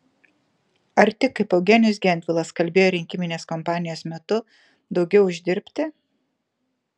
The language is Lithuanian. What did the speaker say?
ar tik kaip eugenijus gentvilas kalbėjo rinkiminės kompanijos metu daugiau uždirbti